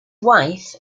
wife